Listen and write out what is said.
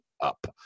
up